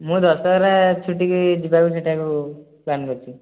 ମୁଁ ଦଶହରା ଛୁଟିକୁ ଯିବାକୁ ସେଠାକୁ ପ୍ଲାନ୍ କରିଛି